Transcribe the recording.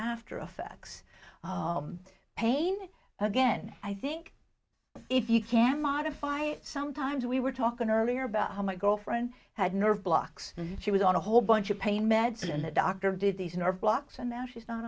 after effects of pain again i think if you can modify it sometimes we were talking earlier about how my girlfriend had nerve blocks she was on a whole bunch of pain meds and the doctor did these nerve blocks and now she's not